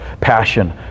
Passion